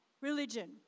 religion